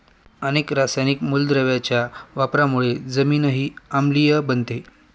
अनेक रासायनिक मूलद्रव्यांच्या वापरामुळे जमीनही आम्लीय बनते